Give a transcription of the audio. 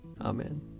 Amen